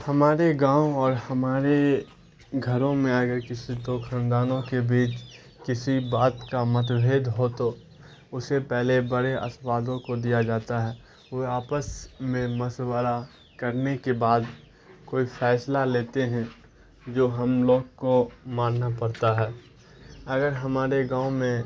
ہمارے گاؤں اور ہمارے گھروں میں اگر کسی دو خاندانوں کے بیچ کسی بات کا مت بھیڈ ہو تو اسے پہلے بڑے اسبادوں کو دیا جاتا ہے وہ آپس میں مشورہ کرنے کے بعد کوئی فیصلہ لیتے ہیں جو ہم لوگ کو ماننا پڑتا ہے اگر ہمارے گاؤں میں